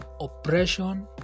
oppression